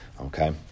Okay